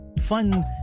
fun